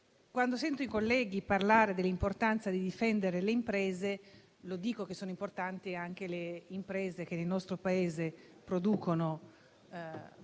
Quando sento i colleghi parlare dell'importanza di difendere le imprese, vorrei dire che sono importanti anche quelle che nel nostro Paese producono bevande